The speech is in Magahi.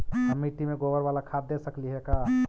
हम मिट्टी में गोबर बाला खाद दे सकली हे का?